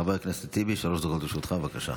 חבר הכנסת אחמד טיבי, שלוש דקות לרשותך, בבקשה.